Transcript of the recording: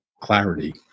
clarity